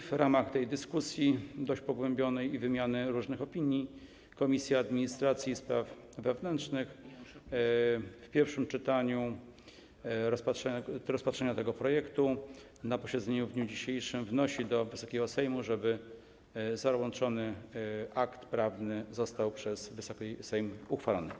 W ramach tej dyskusji, dość pogłębionej, i wymiany różnych opinii Komisja Administracji i Spraw Wewnętrznych po pierwszym czytaniu, po rozpatrzeniu tego projektu na posiedzeniu w dniu dzisiejszym wnosi do Wysokiego Sejmu, żeby załączony akt prawny został przez Wysoki Sejm uchwalony.